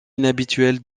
inhabituel